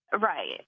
Right